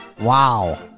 Wow